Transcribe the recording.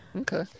Okay